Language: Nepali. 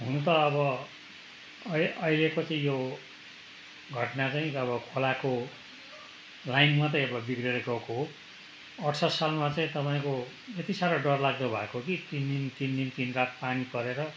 हुन त अब अ अहिलेको चाहिँ यो घटना चाहिँ अब खोलाको लाइन मात्रै अब बिग्रिएर गएको हो अठसट्ठी सालमा चाहिँ तपाईँको यति साह्रो डरलाग्दो भएको कि तिन दिन तिन दिन तिन रात पानी परेर